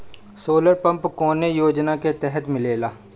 Solar pump कौने योजना के तहत मिलेला?